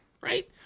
right